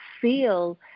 feel